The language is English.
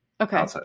Okay